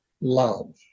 love